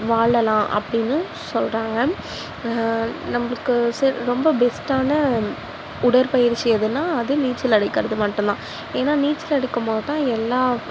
வாழலாம் அப்படினும் சொல்கிறாங்க நம்பளுக்கு ரொம்ப பெஸ்டான உடற்பயிற்சி எதுன்னால் அது நீச்சல் அடிக்கிறது மட்டும்தான் ஏன்னால் நீச்சல் அடிக்கும் போதுதான் எல்லா